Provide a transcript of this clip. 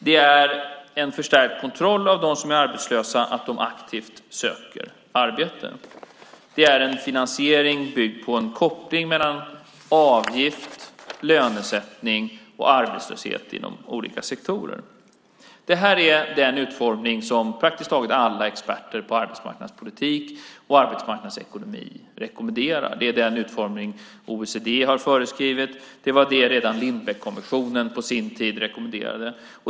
Det är en förstärkt kontroll av att de som är arbetslösa aktivt söker arbete. Det är en finansiering byggd på en koppling mellan avgift, lönesättning och arbetslöshet inom olika sektorer. Det här är den utformning som praktiskt taget alla experter på arbetsmarknadspolitik och arbetsmarknadsekonomi rekommenderar. Det är den utformning OECD har föreskrivit. Det var det som redan Lindbeckkommissionen på sin tid rekommenderade.